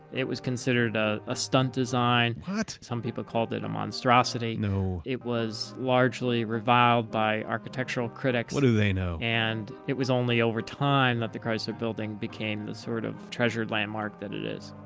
it was considered ah a stunt design, what? some people called it a monstrosity no. it was largely reviled by architectural critics, what do they know? and it was only over time that the chrysler building became the sort of treasured landmark that it is.